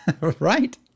Right